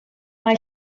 mae